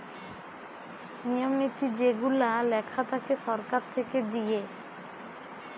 নিয়ম নীতি যেগুলা লেখা থাকে সরকার থেকে দিয়ে